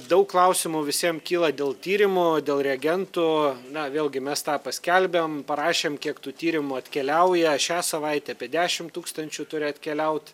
daug klausimų visiem kyla dėl tyrimų dėl reagentų na vėlgi mes tą paskelbėm parašėm kiek tų tyrimų atkeliauja šią savaitę apie dešimt tūkstančių turi atkeliaut